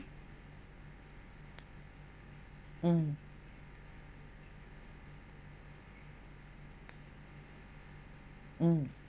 mm mm